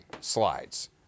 Slides